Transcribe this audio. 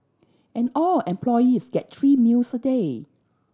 and all employees get three meals a day